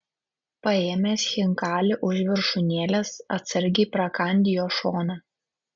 paėmęs chinkalį už viršūnėlės atsargiai prakandi jo šoną